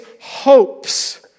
hopes